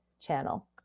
channel